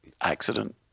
accident